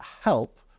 help